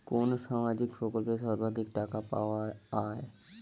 কোন সামাজিক প্রকল্পে সর্বাধিক টাকা পাওয়া য়ায়?